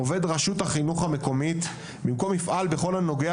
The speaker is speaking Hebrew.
במקום: "עובד רשות החינוך המקומית יפעל בכל הנוגע